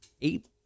Eight